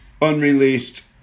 unreleased